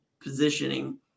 positioning